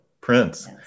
Prince